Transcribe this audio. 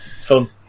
Fun